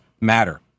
matter